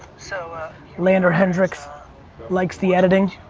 so lander hendrickx so likes the editing.